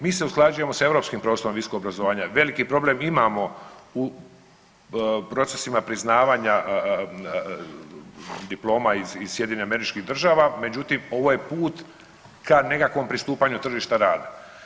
Mi se usklađujemo s europskim prostorom visokog obrazovanja, veliki problem imamo u procesima priznavanja diploma iz SAD-a, međutim ovo je put ka nekakvom pristupanju tržišta rada.